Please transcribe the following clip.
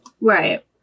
Right